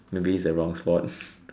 maybe is the wrong spot